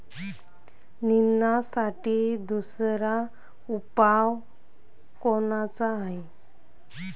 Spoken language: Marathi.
निंदनासाठी दुसरा उपाव कोनचा हाये?